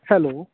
hello